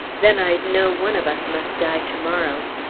then i'd know one of us must die to-morrow!